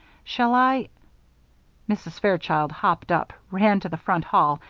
shall i mrs. fairchild hopped up, ran to the front hall,